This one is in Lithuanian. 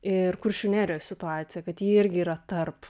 ir kuršių nerijos situaciją kad ji irgi yra tarp